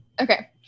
Okay